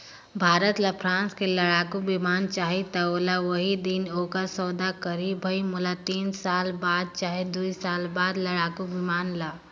भारत ल फ्रांस ले लड़ाकु बिमान चाहीं त ओहा उहीं दिन ओखर सौदा करहीं भई मोला तीन साल कर बाद चहे दुई साल बाद लड़ाकू बिमान ल